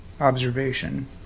observation